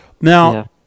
Now